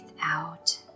out